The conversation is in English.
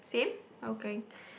same okay